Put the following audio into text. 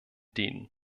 dänen